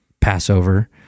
passover